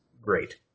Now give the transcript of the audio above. great